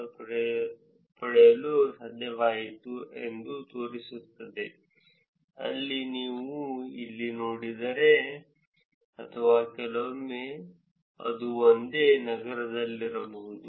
ಆದ್ದರಿಂದ ಅವರು ಕೇವಲ ನಾವು ವಾಸ್ತವವಾಗಿ ಫೊರ್ಸ್ಕ್ವೇರ್ ದೂರ 46 ಪ್ರತಿಶತದಷ್ಟು ಗುರುತಿಸಲು ಸಮರ್ಥವಾಗಿರುತ್ತವೆ ವಾಸ್ತವವಾಗಿ ಕಡಿಮೆ 50 ಕಿಲೋಮೀಟರುಗಳ ದೋಷ ಹೆಚ್ಚು ತೋರಿಸುತ್ತದೆ ಇದು ಕೇವಲ ಅಕ್ಕಪಕ್ಕದ ನಗರಗಳು ನೆರೆಹೊರೆಯ ಸ್ಥಳಗಳು ಅಥವಾ ಕೆಲವೊಮ್ಮೆ ಅದು ಒಂದೇ ನಗರದಲ್ಲಿರಬಹುದು